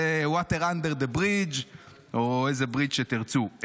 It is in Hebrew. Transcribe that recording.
זה מים מתחת לגשר או איזה גשר שתרצו.